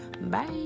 Bye